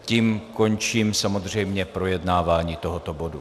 Tím končím samozřejmě projednávání tohoto bodu.